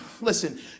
listen